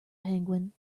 penguin